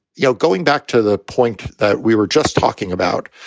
you know, going back to the point that we were just talking about,